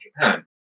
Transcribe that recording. Japan